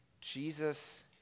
Jesus